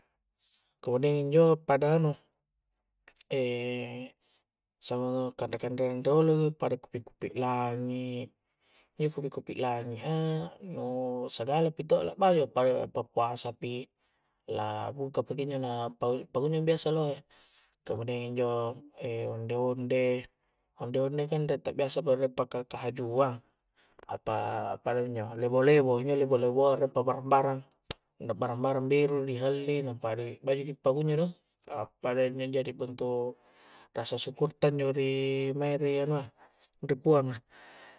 Kemudian injo' pada anu' e' samanga' kanre-kanreang riolongi' i pada kupi-kupi' langi', injo' kupi-kupi' langi'a, nu' sagala pi to' la' baju, pada pa'puasa pi la' buka peki' injo' na' na pa pakunjo' biasa lohe' kemudian' injo', e' onde-onde' onde-onde' kan re' ta' biasa pa' pakahajuang apa, pada minjo' lebo-lebo injo' lebo-lebo'a re' pa' pabarang re' barang-barang beru' ri' helli' nappa' ri' baju' pakunjo' do, kah pada injo' njo' di bentuk' rasa sukur ta injo' ri maeng' ri anu'a ri' puanga'